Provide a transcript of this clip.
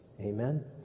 Amen